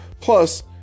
plus